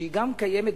שגם היא קיימת,